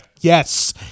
yes